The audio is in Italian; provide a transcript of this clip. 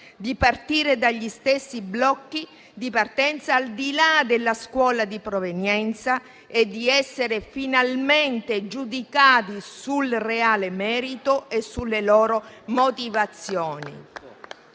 di partire dagli stessi blocchi di partenza, al di là della scuola di provenienza, e di essere finalmente giudicati sul reale merito e sulle loro motivazioni.